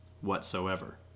whatsoever